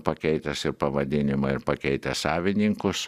pakeitusi pavadinimą ir pakeitę savininkus